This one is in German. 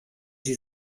sie